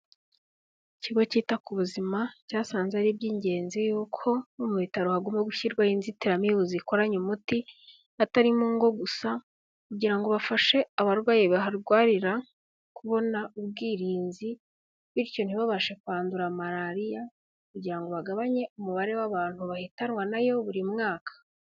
Ikigo cyita ku buzima cyasanze ari iby'ingenzi yuko no mu bitaro hagomba gushyirwaho inzitiramibu zikoranye umuti, atari mu ngo gusa kugira ngo bafashe abarwayi baharwarira kubona ubwirinzi, bityo ntibabashe kwandura malariya kugira ngo bagabanye umubare w'abantu bahitanwa nayo buri mwaka.